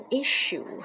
issue